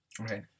Okay